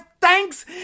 Thanks